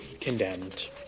condemned